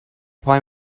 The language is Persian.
پای